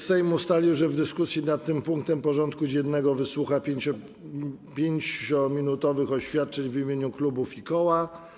Sejm ustalił, że w dyskusji nad tym punktem porządku dziennego wysłucha 5-minutowych oświadczeń w imieniu klubów i koła.